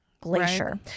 Glacier